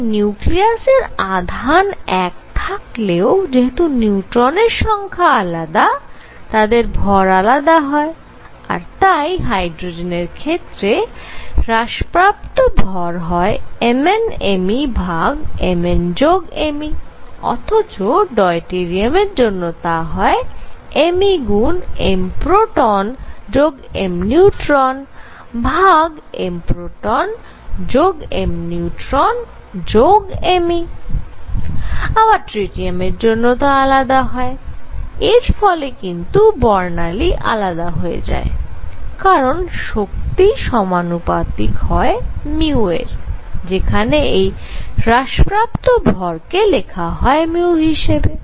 তাই নিউক্লিয়াসের আধান একই থাকলেও যেহেতু নিউট্রনের সংখ্যা আলাদা তাদের ভর আলাদা হয় আর তাই হাইড্রোজেনের ক্ষেত্রে হ্রাসপ্রাপ্ত ভর হয় Mn m e ভাগ Mn যোগ m e অথচ ডয়টেরিয়ামের জন্য তা হয় m e গুন m প্রোটন যোগ m নিউট্রন ভাগ m প্রোটন যোগ m নিউট্রন যোগ m e আবার ট্রিটিয়ামের জন্য তা আলাদা হয় এর ফলে কিন্তু বর্ণালী আলাদা হয়ে যায় কারণ শক্তি সমানুপাতিক হয় μ এর যেখানে এই হ্রাসপ্রাপ্ত ভর কে লেখা হয় μ হিসেবে